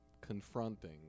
confronting